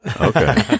Okay